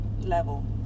level